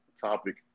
topic